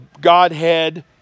Godhead